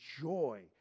joy